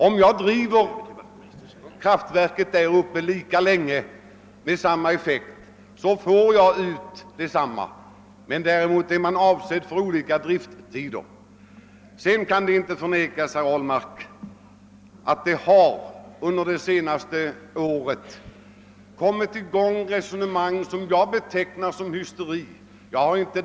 Om jag driver kraftverket där uppe lika länge med samma effekt får jag ut detsamma, men däremot är det fråga om olika driftstider. Sedan kan det inte förnekas, herr Ahlmark, att det under det senaste året kommit i gång resonemang, som jag betecknar som uttryck för hysteri.